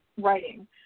writing